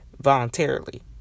voluntarily